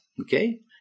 Okay